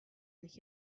nicht